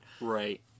Right